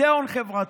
זה הון חברתי.